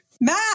Matt